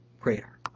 prayer